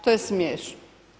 To je smiješno.